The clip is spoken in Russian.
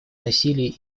насилие